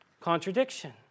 Contradiction